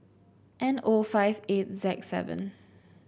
N O five eight Z seven